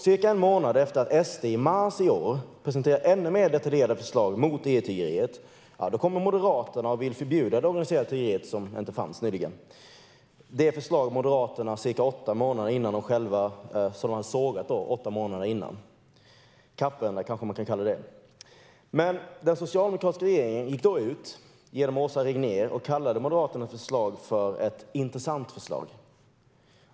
Cirka en månad efter att SD i mars i år presenterade ännu mer detaljerade förslag mot EU-tiggeriet kommer Moderaterna och vill förbjuda det organiserade tiggeriet, som nyligen inte fanns - det förslag som Moderaterna åtta månader tidigare hade sågat. Kappvändare, kanske man kan kalla det. Den socialdemokratiska regeringen gick då ut genom Åsa Regnér och kallade Moderaternas förslag för ett intressant förslag.